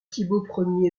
thibault